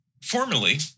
formally